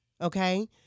Okay